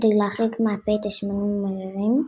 כדי להרחיק מהפרי את השמנים המרירים,